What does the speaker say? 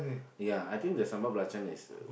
yeah I think the sambal belacan is